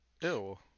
Ew